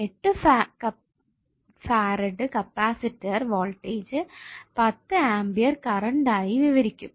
8 farad capacitor voltage 10 ampere current ആയി വിവരിക്കും